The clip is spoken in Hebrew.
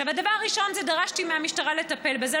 הדבר הראשון זה שדרשתי מהמשטרה לטפל בזה.